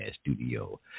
studio